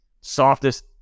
softest